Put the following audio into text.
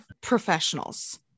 professionals